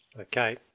Okay